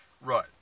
Right